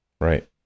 Right